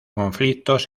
conflictos